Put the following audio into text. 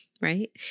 right